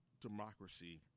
democracy